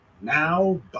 now